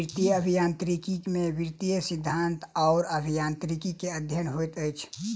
वित्तीय अभियांत्रिकी में वित्तीय सिद्धांत आ अभियांत्रिकी के अध्ययन होइत अछि